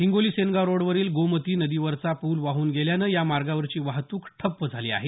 हिंगोली सेनगाव रोडवरील गोमती नदीवरचा पूल वाहून गेल्यामुळे या मार्गावरची वाहतूक ठप्प झाली आहे